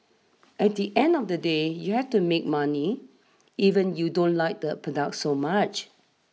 at the end of the day you have to make money even you don't like the product so much